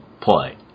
play